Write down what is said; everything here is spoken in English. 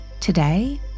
Today